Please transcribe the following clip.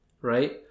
right